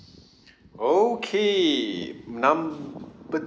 okay number